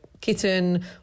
kitten